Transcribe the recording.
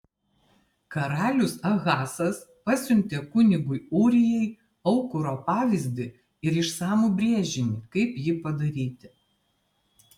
karalius ahazas pasiuntė kunigui ūrijai aukuro pavyzdį ir išsamų brėžinį kaip jį padaryti